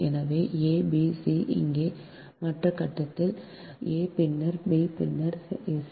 எனவே a b c இங்கே மற்ற கடத்திகள் கட்டத்தில் a பின்னர் b பின்னர் c